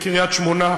בקריית-שמונה,